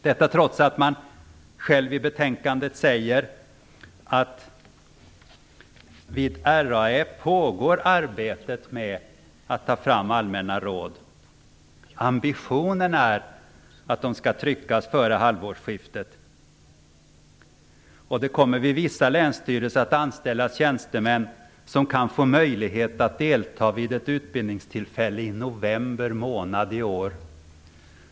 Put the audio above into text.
Ändå säger man i betänkandet säger: "Vid RAÄ pågår arbetet med att ta fram allmänna råd. Ambitionen är att de skall tryckas före halvårsskiftet. - kommer det att vid vissa länsstyrelser anställas tjänstemän, som kan få möjlighet att delta vid ett utbildningstillfälle i november månad i år."